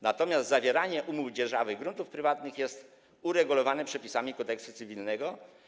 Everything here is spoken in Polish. Natomiast zawieranie umów dzierżawy gruntów prywatnych jest uregulowane przepisami Kodeksu cywilnego.